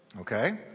Okay